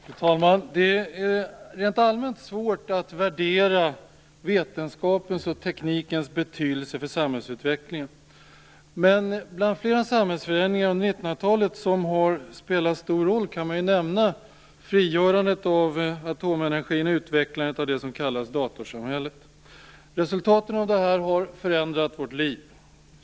Fru talman! Det är rent allmänt svårt att värdera vetenskapens och teknikens betydelse för samhällsutvecklingen. Men bland flera samhällsförändringar under 1900-talet som har spelat stor roll kan man ju nämna frigörandet av atomenergin och utvecklandet av det som kallas datorsamhället. Resultaten av detta har förändrat våra liv.